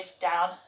down